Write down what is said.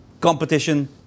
Competition